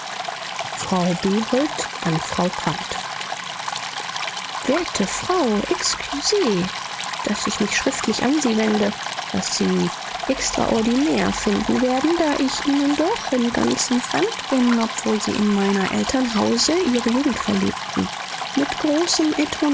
frau behold an frau quandt werte frau excusez daß ich mich schriftlich an sie wende was sie extraordinaire finden werden da ich ihnen doch im ganzen fremd bin obwohl sie in meiner eltern hause ihre jugend verlebten mit großem